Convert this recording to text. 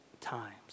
times